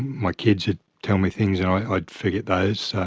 my kids would tell me things and i would forget those.